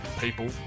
people